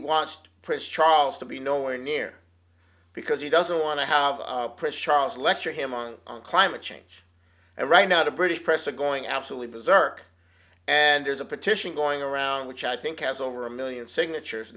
wants prince charles to be nowhere near because he doesn't want to have prince charles lecture him on climate change and right now the british press are going absolutely bizarre and there's a petition going around which i think has over a million signatures